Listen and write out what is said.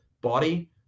body